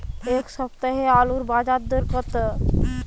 এ সপ্তাহে আলুর বাজার দর কত?